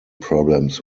problems